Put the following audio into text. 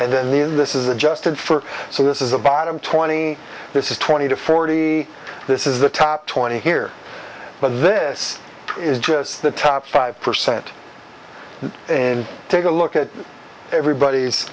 and then the in this is adjusted for so this is a bottom twenty this is twenty to forty this is the top twenty here but this is just the top five percent and take a look at everybody's